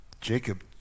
Jacob